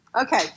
Okay